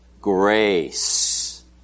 grace